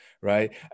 right